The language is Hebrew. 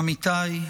עמיתיי,